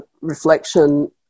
reflection